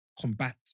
combat